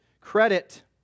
credit